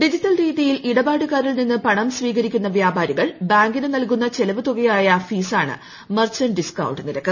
digital രീതിയിൽ ഇടപാടുകാരിൽ നിന്ന് പണം സ്വീകരിക്കുന്ന വ്യാപാരികൾ ബാങ്കിന് നൽകുന്ന ചെലവു തുകയായ ഫീസാണ് മർച്ചന്റ് ഡിസ്കൌണ്ട് നിരക്ക്